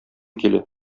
килә